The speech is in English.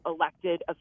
elected